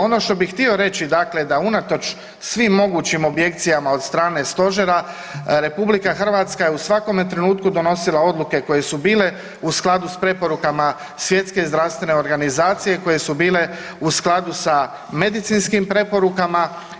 Ono što bi htio reći dakle da unatoč svim mogućim objekcijama od strane stožera, RH je u svakome trenutku donosile odluke koje su bile u skladu s preporukama Svjetske zdravstvene organizacije koje su bile u skladu sa medicinskim preporukama.